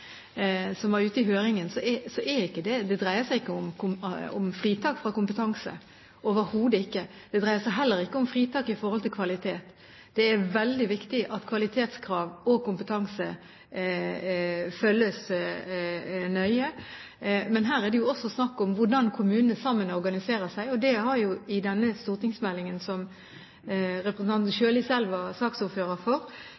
som var ute i høringen, dreier det seg ikke om fritak for kompetanse – overhodet ikke. Det dreier seg heller ikke om fritak for kvalitet. Det er veldig viktig at kvalitetskrav og kompetanse følges nøye, men her er det jo også snakk om hvordan kommunene sammen organiserer seg. I forbindelse med behandlingen av den stortingsmeldingen som representanten Sjøli selv var saksordfører for,